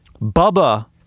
Bubba